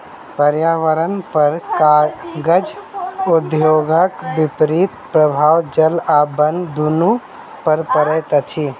पर्यावरणपर कागज उद्योगक विपरीत प्रभाव जल आ बन दुनू पर पड़ैत अछि